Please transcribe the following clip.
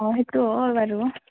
অঁ সেইটো হয় বাৰু